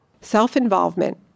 Self-involvement